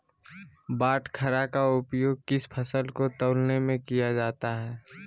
बाटखरा का उपयोग किस फसल को तौलने में किया जाता है?